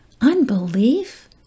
unbelief